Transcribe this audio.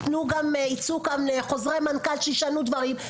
שיצאו חוזרי מנכ"ל שישנו את הדברים.